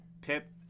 Pip